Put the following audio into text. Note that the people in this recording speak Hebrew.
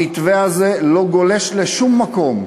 המתווה הזה לא גולש לשום מקום.